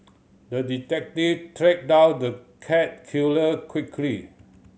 the detective tracked down the cat killer quickly